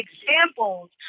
examples